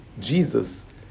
Jesus